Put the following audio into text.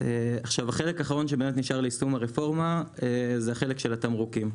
החלק האחרון שבאמת נשאר ליישום הרפורמה זה החלק של התמרוקים.